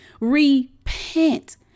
repent